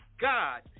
god